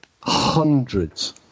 hundreds